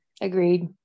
agreed